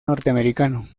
norteamericano